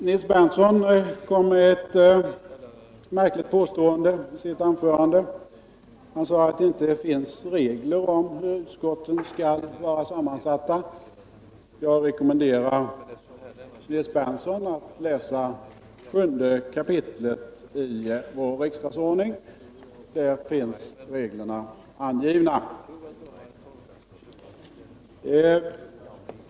Nils Berndtson kom med ett märkligt påstående. Han sade att det inte finns regler för hur utskotten skall vara sammansatta. Jag rekommenderar Nils Berndtson att läsa 7kap. i vår riksdagsordning. Där finns reglerna angivna.